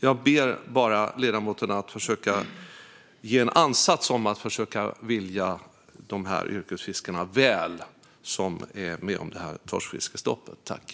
Jag ber ledamoten om en ansats till att hon vill dessa yrkesfiskare, som drabbas av detta torskfiskestopp, väl.